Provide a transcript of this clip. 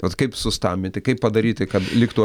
bet kaip sustambinti kaip padaryti kad liktų